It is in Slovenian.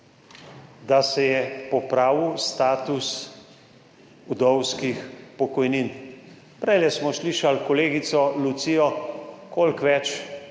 da se je popravil status vdovskih pokojnin. Prej smo slišali kolegico Lucijo, koliko več